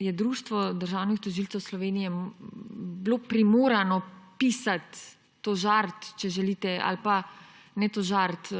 Društvo državnih tožilcev Slovenije primorano pisati, tožariti, če želite, ali pa ne tožariti,